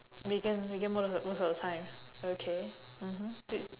vegan vegan most of the most of the time okay mmhmm do